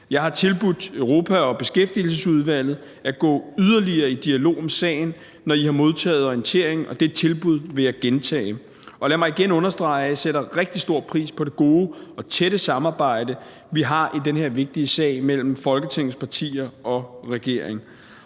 Jeg har tilbudt Europaudvalget og Beskæftigelsesudvalget at gå yderligere i dialog om sagen, når de har modtaget orienteringen, og det tilbud vil jeg gentage. Og lad mig igen understrege, at jeg sætter rigtig stor pris på det gode og tætte samarbejde, vi har i den her vigtige sag, mellem Folketingets partier og regeringen.